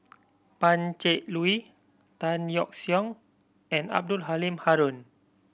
Pan Cheng Lui Tan Yeok Seong and Abdul Halim Haron